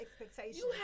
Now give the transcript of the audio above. expectations